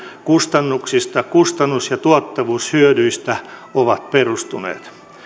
kustannuksista ja kustannus ja tuottavuushyödyistä ovat perustuneet